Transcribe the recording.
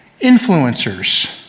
Influencers